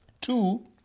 Two